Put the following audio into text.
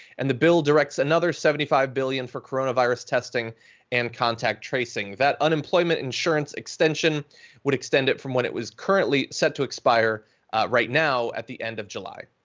and the bill directs another seventy five billion dollars for coronavirus testing and contact tracing. that unemployment insurance extension would extend it from when it was currently set to expire right now at the end of july.